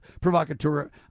provocateur